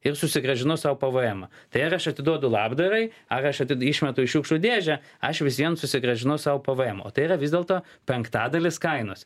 ir susigrąžino savo tai ar aš atiduodu labdarai ar aš išmetu į šiukšlių dėžę aš vis vien susigrąžino sau pvm otai yra vis dėlto penktadalis kainos